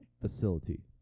Facility